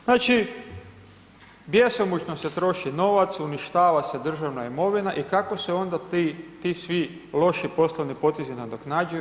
Znači, bjesomučno se troši novac, uništava se državna imovina i kako se onda ti svi loši poslovni potezi nadoknađuju?